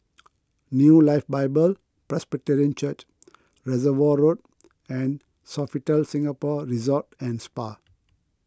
New Life Bible Presbyterian Church Reservoir Road and Sofitel Singapore Resort and Spa